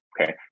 Okay